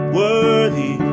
worthy